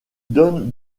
donne